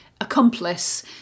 accomplice